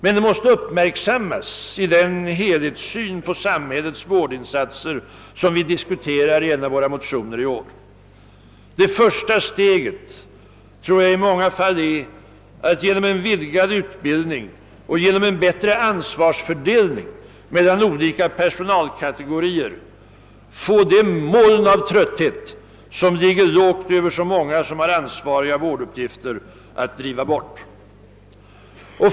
Men det måste uppmärksammas i den helhetssyn på samhällets vårdinsatser som vi diskuterar i en av våra motioner i år. Det första steget tror jag är att genom en vidgad utbildning och genom en bättre ansvarsfördelning mellan olika personalkategorier få det moln av trötthet, som ligger lågt över så många som har ansvariga vårduppgifter, att driva bort.